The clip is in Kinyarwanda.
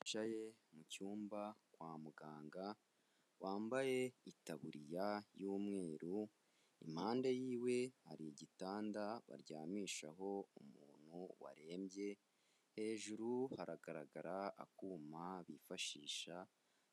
Yicaye mu cyumba kwa muganga, wambaye itaburiya y'umweru impande yiwe hari igitanda baryamishaho umuntu warembye, hejuru haragaragara akuma bifashisha